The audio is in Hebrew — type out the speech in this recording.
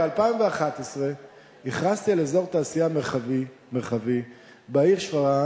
ב-2011 הכרזתי על אזור תעשייה מרחבי בעיר שפרעם,